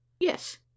YES